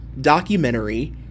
documentary